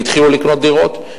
והתחילו לקנות דירות,